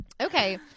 okay